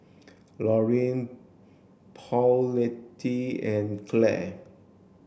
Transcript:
Loree Paulette and Clare